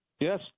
Yes